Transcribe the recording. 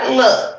look